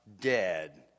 dead